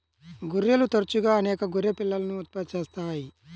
గొర్రెలు తరచుగా అనేక గొర్రె పిల్లలను ఉత్పత్తి చేస్తాయి